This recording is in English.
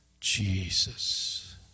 Jesus